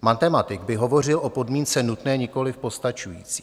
Matematik by hovořil o podmínce nutné, nikoli postačující.